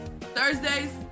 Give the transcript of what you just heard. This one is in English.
Thursdays